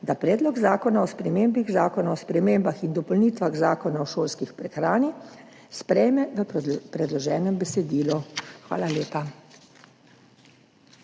da Predlog zakona o spremembi Zakona o spremembah in dopolnitvah Zakona o šolski prehrani sprejme v predloženem besedilu. Hvala lepa.